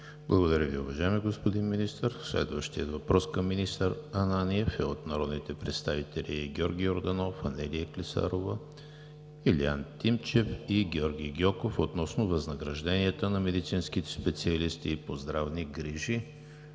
Благодаря Ви, уважаеми господин Министър. Следващият въпрос към министър Ананиев е от народните представители Георги Йорданов, Анелия Клисарова, Илиян Тимчев и Георги Гьоков относно възнагражденията на медицинските специалисти по здравни грижи.